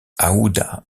aouda